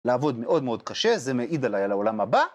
לעבוד מאוד מאוד קשה, זה מעיד עליי לעולם הבא.